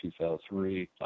2003